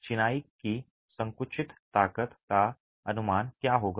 चिनाई की संकुचित ताकत का अनुमान क्या होगा